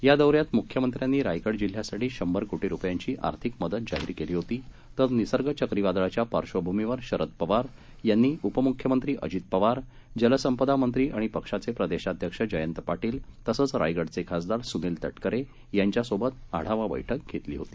या दौऱ्यात मुख्यमंत्र्यांनी रायगड जिल्ह्यासाठी शंभर कोटी रुपयांची आर्थिक मदत जाहीर केली होती तर निसर्ग चक्रीवादळाच्या पार्श्वभूमीवर शरद पवार यांनी उपमुख्यमंत्री अजित पवार जलसंपदा मंत्री आणि पक्षाचे प्रदेशाध्यक्ष जयंत पाटील तसच रायगडचे खासदार सुनील तटकरे यांच्यासोबत आढावा बैठक घेतली होती